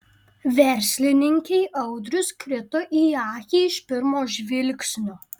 verslininkei audrius krito į akį iš pirmo žvilgsnio